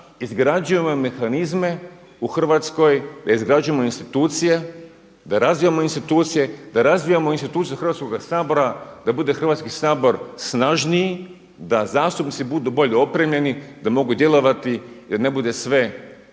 izgrađujemo mehanizme u Hrvatskoj, da izgrađujemo institucije, da razvijamo institucije, da razvijamo institucije Hrvatskoga sabora, da bude Hrvatski sabor snažniji, da zastupnici budu bolje opremljeni da mogu djelovati da ne bude sve osuđeno